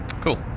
Cool